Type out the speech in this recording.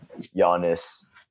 Giannis